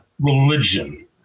religion